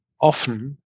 often